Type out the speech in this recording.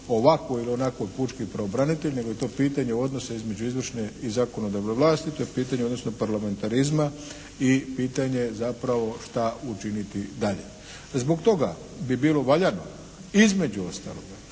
ovakvoj ili onakvoj pučki pravobranitelj nego je to pitanje odnosa između izvršne i zakonodavne vlasti, to je pitanje odnosno parlamentarizma i pitanje zapravo šta učiniti dalje. Zbog toga bi bilo valjano između ostaloga